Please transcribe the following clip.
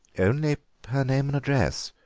only her name and address,